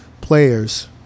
players